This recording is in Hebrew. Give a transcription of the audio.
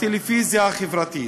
הטלוויזיה החברתית.